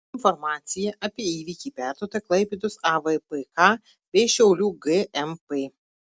informacija apie įvykį perduota klaipėdos avpk bei šiaulių gmp